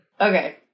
Okay